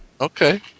Okay